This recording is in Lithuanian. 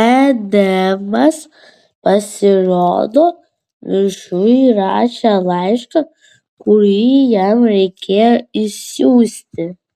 edemas pasirodo viršuj rašė laišką kurį jam reikėjo išsiųsti